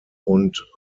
und